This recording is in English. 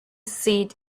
seat